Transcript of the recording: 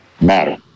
matter